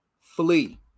flee